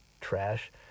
trash